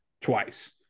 twice